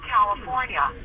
California